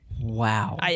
Wow